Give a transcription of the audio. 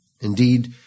indeed